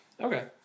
Okay